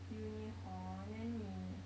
uni hor then 你